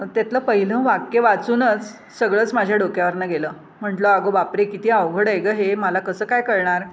त्यातलं पहिलं वाक्य वाचूनच सगळंच माझ्या डोक्यावरून गेलं म्हटलं अगो बापरे किती अवघड आहे गं हे मला कसं काय कळणार